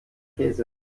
käse